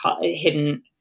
hidden